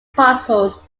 parcels